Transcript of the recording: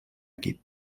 equip